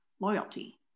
loyalty